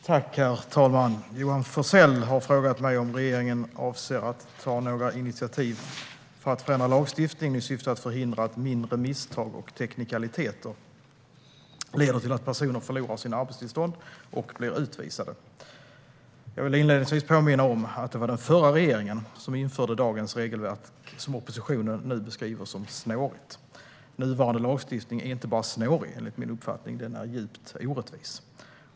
Herr talman! Johan Forssell har frågat mig om regeringen avser att ta några initiativ för att förändra lagstiftningen i syfte att förhindra att mindre misstag och teknikaliteter leder till att personer förlorar sina arbetstillstånd och blir utvisade. Jag vill inledningsvis påminna om att det var den förra regeringen som införde dagens regelverk som oppositionen nu beskriver som snårigt. Nuvarande lagstiftning är inte bara snårig, enligt min uppfattning. Den är djupt orättvis.